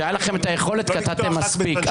כשהייתה לכם היכולת קטעתם מספיק,